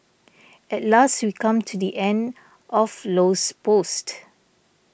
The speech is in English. at last we come to the end of Low's post